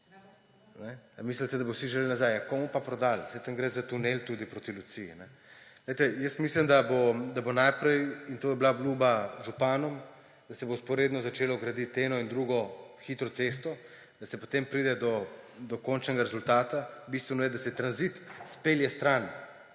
mislite, da jih bodo vsi želeli nazaj? Komu jih bodo pa prodali? Saj tam gre za tunel tudi proti Luciji. Jaz mislim, in to je bila obljuba županom, da se bo vzporedno začelo graditi eno in drugo hitro cesto, da se potem pride do končnega rezultata. Bistveno je, da se tranzit spelje stran